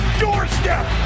doorstep